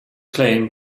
claim